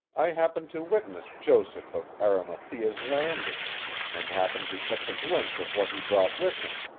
i happened to witness joseph of arimathea's landing and happened to catch a glimpse of what he brought with him.